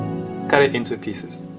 cut it into pieces.